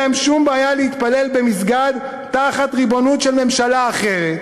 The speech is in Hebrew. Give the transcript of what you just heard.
להם שום בעיה להתפלל במסגד תחת ריבונות של ממשלה אחרת